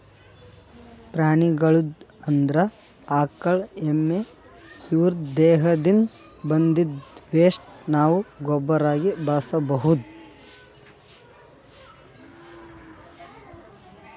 ಪ್ರಾಣಿಗಳ್ದು ಅಂದ್ರ ಆಕಳ್ ಎಮ್ಮಿ ಇವುದ್ರ್ ದೇಹದಿಂದ್ ಬಂದಿದ್ದ್ ವೆಸ್ಟ್ ನಾವ್ ಗೊಬ್ಬರಾಗಿ ಬಳಸ್ಬಹುದ್